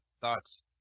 thoughts